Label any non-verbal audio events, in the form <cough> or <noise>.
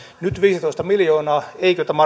nyt viisitoista miljoonaa eikö tämä <unintelligible>